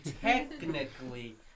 technically